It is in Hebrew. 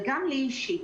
וגם אליי אישית,